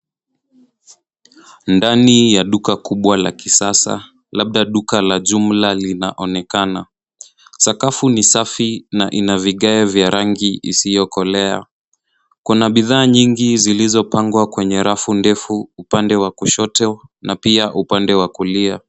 Ndani ya duka kubwa la kisasa, labda duka la jumla, linaonekana. Sakafu ni safi na ina vigae vya rangi isiyokolea. Kuna bidhaa nyingi zilizopangwa kwenye rafu ndefu upande wa kushoto na pia upande wa kulia.